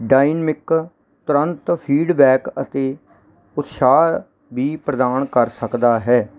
dynamic ਤੁਰੰਤ feedback ਅਤੇ ਉਤਸ਼ਾਹ ਵੀ ਪ੍ਰਦਾਨ ਕਰ ਸਕਦਾ ਹੈ